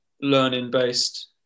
learning-based